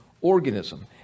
organism